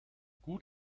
gut